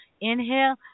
inhale